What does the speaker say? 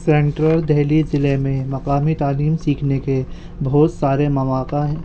central Delhi ضلع میں مقامی تعلیم سیکھنے کے بہت سارے مواقع ہے